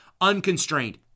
Unconstrained